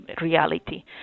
reality